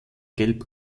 gelb